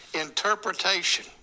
interpretation